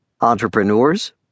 entrepreneurs